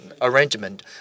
arrangement